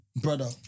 Brother